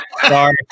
Sorry